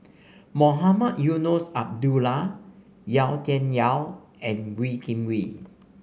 Mohamed Eunos Abdullah Yau Tian Yau and Wee Kim Wee